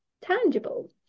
tangible